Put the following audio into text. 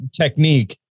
technique